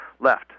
left